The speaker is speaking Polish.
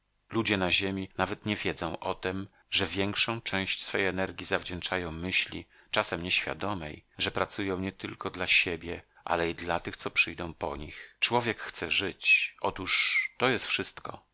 ludzie na ziemi nawet nie wiedzą o tem że większą część swej energji zawdzięczają myśli czasem nieświadomej że pracują nie tylko dla siebie ale i dla tych co przyjdą po nich człowiek chce żyć otóż to jest wszystko